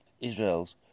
Israel's